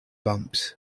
bumps